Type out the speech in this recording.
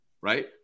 right